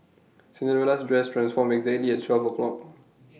Cinderella's dress transformed exactly at twelve o'clock